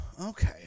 Okay